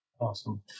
Awesome